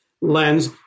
lens